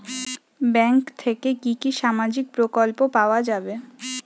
Bank থেকে কি কি সামাজিক প্রকল্প পাওয়া যাবে?